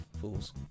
Fools